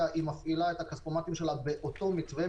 היא מפעילה את הכספומטים שלה באותו מתווה,